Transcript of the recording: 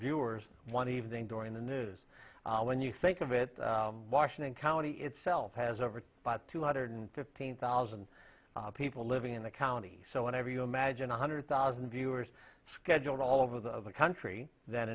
viewers one evening during the news when you think of it washington county itself has over but two hundred fifteen thousand people living in the county so whenever you imagine a hundred thousand viewers scheduled all over the country that